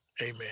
Amen